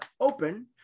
open